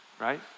right